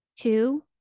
Two